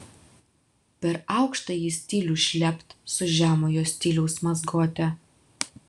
per aukštąjį stilių šlept su žemojo stiliaus mazgote